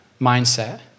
mindset